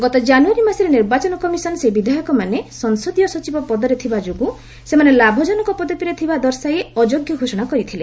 ଗତ ଜାନୁୟାରୀ ମାସରେ ନିର୍ବାଚନ କମିଶନ ସେହି ବିଧାୟକମାନେ ସଂସଦୀୟ ସଚିବ ପଦରେ ଥିବା ସୋଗୁଁ ସେମାନେ ଲାଭଜନକ ପଦବୀରେ ଥିବା ଦର୍ଶାଇ ଅଯୋଗ୍ୟ ଘୋଷଣା କରିଥିଲେ